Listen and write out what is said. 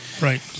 right